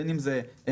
בין אם זה M-4,